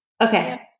Okay